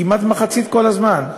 כמעט מחצית כל הזמן.